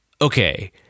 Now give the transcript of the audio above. okay